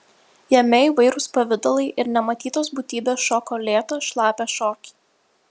jame įvairūs pavidalai ir nematytos būtybės šoko lėtą šlapią šokį